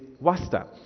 wasta